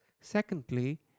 Secondly